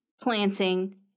planting